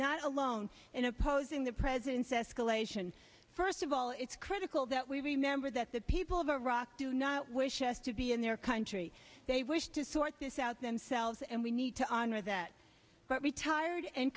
not alone in opposing the president's escalation first of all it's critical that we remember that the people of iraq do not wish us to be in their country they wish to sort this out themselves and we need to honor that retired and